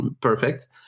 perfect